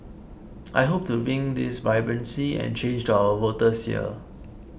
I hope to bring this vibrancy and change to our voters here